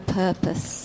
purpose